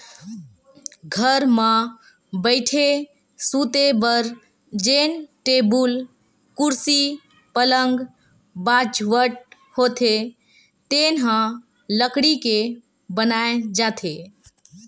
घर म बइठे, सूते बर जेन टेबुल, कुरसी, पलंग, बाजवट होथे तेन ह लकड़ी के बनाए जाथे